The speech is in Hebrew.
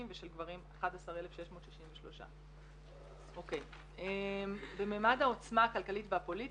ושל גברים 11,663. במימד העוצמה הכלכלית והפוליטית,